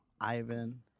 Ivan